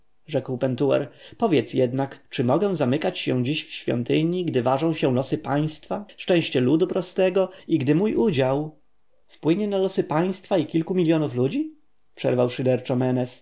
pomysły rzekł pentuer powiedz jednak czy mogę zamykać się dziś w świątyni gdy ważą się losy państwa szczęście ludu prostego i gdy mój udział wpłynie na losy państwa i kilku